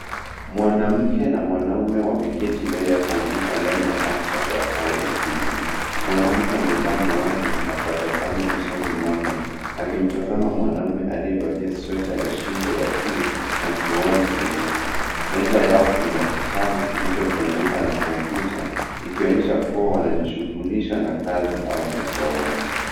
Mwanamke na mwanaume wameketi mbele ya kompyuta ndani ya maktaba au ofisi. Mwanamke amevaa miwani na tabasamu usoni mwake akimtazama mwanaume aliyevalia sweta ya shingo ya juu na miwani nyeusi. Meza yao ina kitabu kilichofunguka na kompyuta ikionyesha kuwa wanajishughulisha na kazi au masomo.